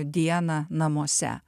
dieną namuose